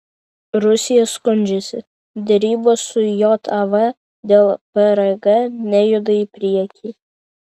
rusija skundžiasi derybos su jav dėl prg nejuda į priekį